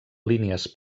línies